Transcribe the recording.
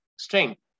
Strength